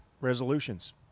resolutions